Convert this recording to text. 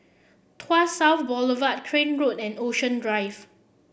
Tuas South Boulevard Crane Road and Ocean Drive